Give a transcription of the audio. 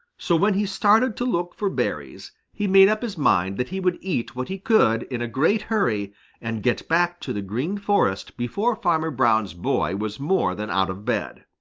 so when he started to look for berries, he made up his mind that he would eat what he could in a great hurry and get back to the green forest before farmer brown's boy was more than out of bed.